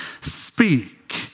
speak